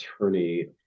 attorney